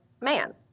man